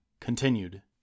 Continued